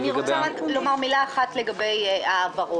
אני רוצה לומר מילה אחת לגבי ההעברות.